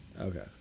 Okay